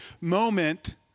moment